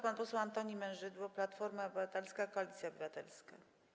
Pan poseł Antoni Mężydło, Platforma Obywatelska - Koalicja Obywatelska.